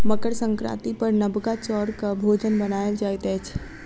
मकर संक्रांति पर नबका चौरक भोजन बनायल जाइत अछि